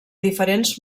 diferents